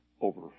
over